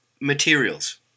materials